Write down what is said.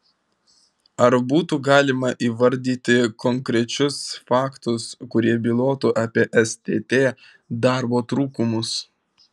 ar būtų galima įvardyti konkrečius faktus kurie bylotų apie stt darbo trūkumus